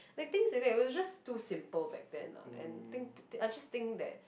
like things like that it was just too simple back then lah and think I just think that